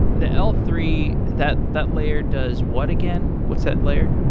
the l three, that that layer does what again? what's that layer?